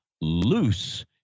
loose